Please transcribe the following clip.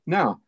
Now